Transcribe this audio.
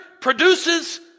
produces